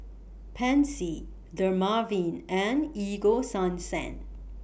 Pansy Dermaveen and Ego Sunsense